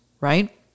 Right